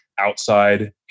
outside